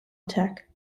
attack